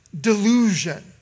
delusion